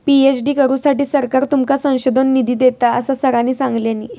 PhD करुसाठी सरकार तुमका संशोधन निधी देता, असा सरांनी सांगल्यानी